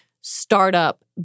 startup